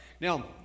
Now